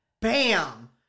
bam